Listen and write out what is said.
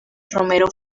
romero